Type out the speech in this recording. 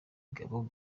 bobo